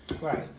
Right